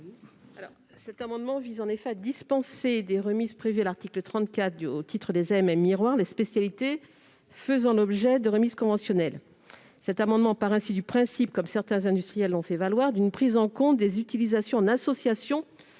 amendements identiques visent en effet à dispenser des remises prévues à l'article 34 au titre des « AMM miroir » les spécialités faisant l'objet de remises conventionnelles. Leurs auteurs partent ainsi du principe, comme certains industriels l'ont fait valoir, d'une prise en compte des utilisations en association